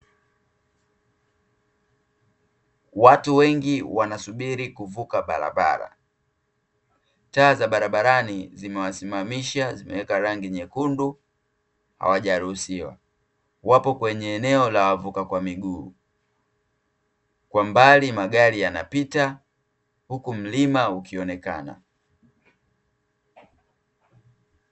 Watu wengi wanasubiri kuvuka barabara. Taa za barabarani zimewasimamisha, zimeweka rangi nyekundu, hawajaruhusiwa. Wapo kweney eneo la wavuka kwa miguu. Kwa mbali magari yanapita, huku mlima ukionekana.